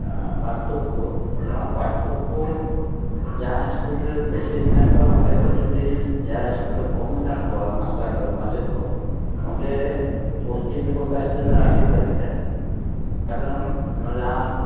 ᱯᱟᱨᱛᱷᱳᱠᱚ ᱱᱚᱣᱟ ᱯᱟᱨᱛᱷᱳᱠᱳ ᱡᱟᱦᱟᱸ ᱤᱥᱠᱩᱞ ᱨᱮ ᱵᱮᱥᱤ ᱢᱮᱱᱟᱜ ᱠᱚᱣᱟ ᱚᱸᱰᱮ ᱠᱷᱚᱡ ᱡᱩᱫᱤ ᱡᱟᱦᱟᱸ ᱤᱥᱠᱩᱞ ᱨᱮ ᱠᱚᱢ ᱢᱮᱱᱟᱜ ᱠᱚᱣᱟ ᱢᱟᱥᱴᱟᱨ ᱢᱟᱪᱮᱫ ᱠᱚ ᱚᱸᱰᱮ ᱯᱳᱥᱴᱤᱝ ᱞᱮᱠᱚ ᱠᱷᱟᱡ ᱡᱮᱱᱚ ᱟᱹᱰᱤ ᱵᱷᱟᱜᱮᱜᱼᱟ ᱠᱟᱨᱚᱱ